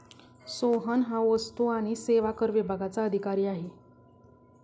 सोहन हा वस्तू आणि सेवा कर विभागाचा अधिकारी आहे